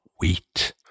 wheat